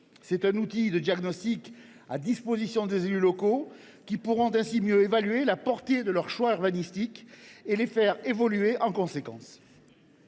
Cet outil de diagnostic sera mis à disposition des élus locaux, qui pourront ainsi mieux évaluer la portée de leurs choix urbanistiques et les faire évoluer en conséquence.